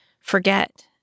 forget